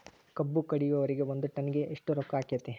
ಕಬ್ಬು ಕಡಿಯುವರಿಗೆ ಒಂದ್ ಟನ್ ಗೆ ಎಷ್ಟ್ ರೊಕ್ಕ ಆಕ್ಕೆತಿ?